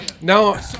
Now